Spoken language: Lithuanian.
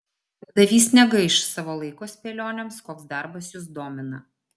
darbdavys negaiš savo laiko spėlionėms koks darbas jus domina